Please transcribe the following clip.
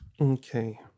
Okay